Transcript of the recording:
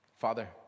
Father